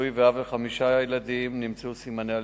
נשוי ואב לחמישה ילדים, נמצאו סימני אלימות.